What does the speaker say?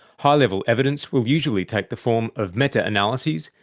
high level evidence will usually take the form of meta-analyses,